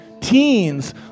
teens